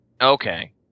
okay